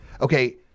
okay